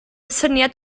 syniad